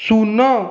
ଶୂନ